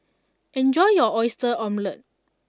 enjoy your Oyster Omelette